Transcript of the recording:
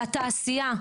על התעשייה,